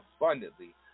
abundantly